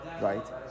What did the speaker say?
right